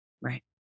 Right